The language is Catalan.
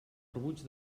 rebuig